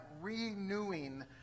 renewing